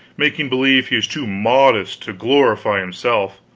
making believe he is too modest to glorify himself